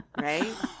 Right